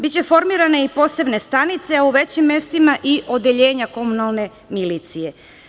Biće formirane i posebne stanice, a u većim mestima i odeljenja komunalne milicije.